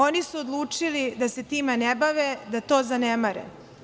Oni su odlučili da se time ne bave, da to zanemare.